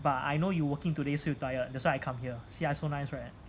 but I know you working today so you tired that's why I come here see I so nice right